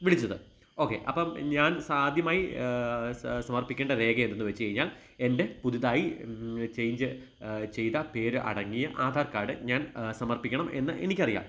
വിളിച്ചത് ഓക്കെ അപ്പോള് ഞാൻ സാദ്യമായി സ സമർപ്പിക്കേണ്ട രേഖയെന്തെന്ന് വച്ചുകഴിഞ്ഞാൽ എൻ്റെ പുതുതായി ചേഞ്ച് ചെയ്ത പേര് അടങ്ങിയ ആധാർ കാഡ് ഞാൻ സമർപ്പിക്കണം എന്ന് എനിക്കറിയാം